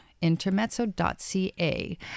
intermezzo.ca